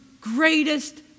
greatest